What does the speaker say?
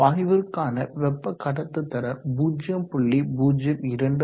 வாயுவிற்கு வெப்ப கடத்துதிறன் 0